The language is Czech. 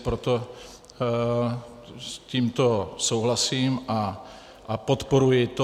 Proto s tímto souhlasím a podporuji to.